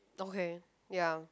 okay ya